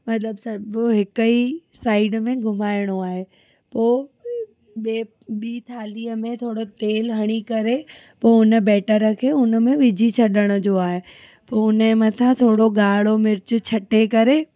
मतलबु सभु हिक ही साइड में घुमाइणो आहे पोइ ॿिए ॿी थाल्हीअ में थोरो तेलु हणी करे पोइ हुन बैटर खे हुन में विझी छॾिण जो आहे पोइ हुनजे मथां थोड़ो गाड़ो मिर्च छटे करे